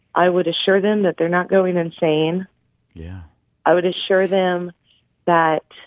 i would assure them that they're not going insane yeah i would assure them that